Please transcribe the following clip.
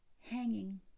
hanging